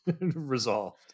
resolved